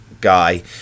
guy